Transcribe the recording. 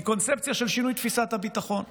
היא קונספציה של שינוי תפיסת הביטחון.